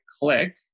click